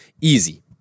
easy